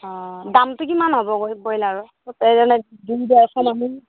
অঁ দামটো কিমান হ'ব ব্ৰইলাৰৰ দুই ডেৰশ মানুহ